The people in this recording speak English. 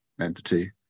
entity